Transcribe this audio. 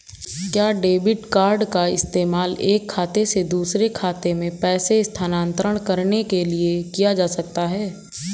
क्या debit card का इस्तेमाल एक खाते से दूसरे खाते में पैसे स्थानांतरण करने के लिए किया जा सकता है?